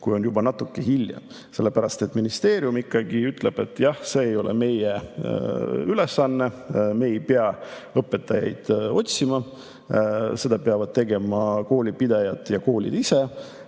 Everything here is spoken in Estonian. kui on juba natuke hilja. Sellepärast et ministeerium ikkagi ütleb, et see ei ole nende ülesanne, nad ei pea õpetajaid otsima, seda peavad tegema koolipidajad ja koolid ise.